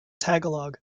tagalog